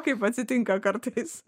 kaip atsitinka kartais